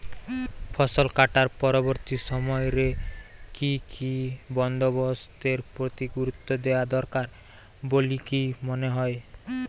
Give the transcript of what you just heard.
ফসলকাটার পরবর্তী সময় রে কি কি বন্দোবস্তের প্রতি গুরুত্ব দেওয়া দরকার বলিকি মনে হয়?